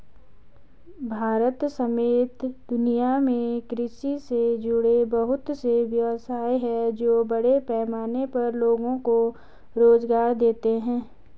भारत समेत दुनिया में कृषि से जुड़े बहुत से व्यवसाय हैं जो बड़े पैमाने पर लोगो को रोज़गार देते हैं